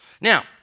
Now